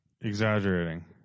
exaggerating